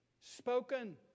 Spoken